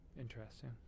Interesting